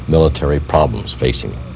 military problems facing